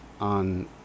on